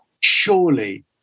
surely